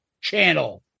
channel